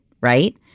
right